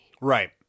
right